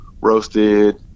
roasted